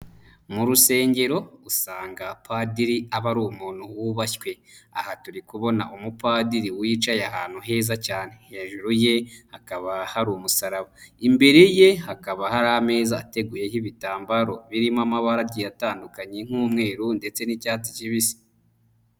Mu rusengero usanga padiri aba ari umuntu wubashywe. Aha turi kubona umupadiri wicaye ahantu heza cyane, hejuru ye hakaba hari umusaraba, imbere ye hakaba hari ameza ateguyeho ibitambaro birimo amabara agiye atandukanye nk'umweru ndetse n'icyatsi kibisi.